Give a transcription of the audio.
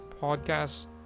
podcast